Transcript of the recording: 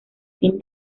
fin